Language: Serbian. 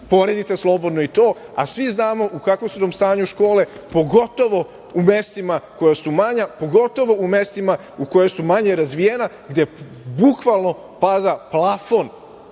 Poredite slobodno i to, a svi znamo u kakvom su nam stanju škole, pogotovo u mestima koje su manja, pogotovo u mestima koja su manje razvijena, gde bukvalno pada plafon